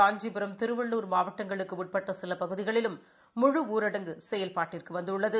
காஞ்சிபுரம் திருவள்ளூர் மாவட்டங்களுக்கு உட்பட்ட சில பகுதிகளில் முழு ஊரடங்கு செயல்பாட்டிற்கு வந்துள்ளது